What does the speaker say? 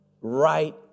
right